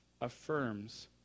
affirms